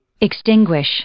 Extinguish